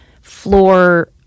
floor